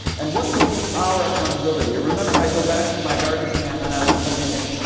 and what will be our accountability. remember, i go back to my garbage can when i was hugging it.